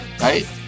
right